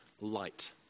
light